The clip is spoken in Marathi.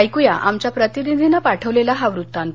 ऐकूया आमच्या प्रतिनिधीनं पाठवलेला वृत्तांत